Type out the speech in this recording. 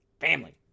family